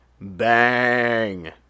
Bang